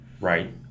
right